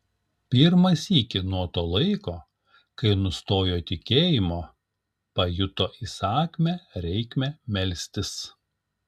pirmą sykį nuo to laiko kai nustojo tikėjimo pajuto įsakmią reikmę melstis